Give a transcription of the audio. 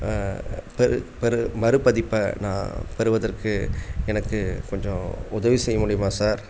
பெறு பெறு மறுபதிப்பை நான் பெறுவதற்கு எனக்கு கொஞ்சம் உதவி செய்ய முடியுமா சார்